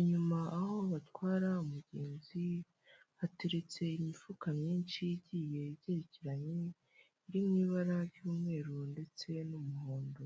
inyuma aho batwara umugenzi hateretse imifuka myinshi igiye igerekeranye iri mu ibara ry'umweru ndetse n'umuhondo.